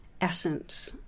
essence